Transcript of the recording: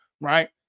right